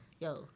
yo